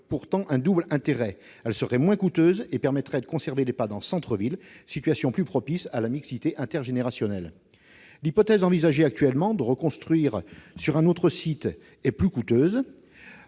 pourtant un double intérêt : elle serait moins coûteuse et permettrait de conserver l'Ehpad en centre-ville, situation plus propice à la mixité intergénérationnelle. L'hypothèse envisagée actuellement de reconstruire le centre sur un autre site serait plus onéreuse